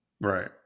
Right